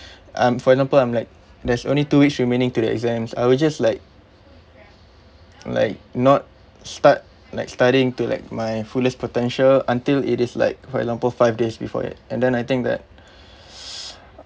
um for example I'm like there's only two weeks remaining to the exams I will just like like not start like studying to like my fullest potential until it is like for example five days before it and then I think that